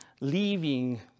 leaving